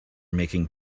making